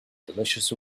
delicious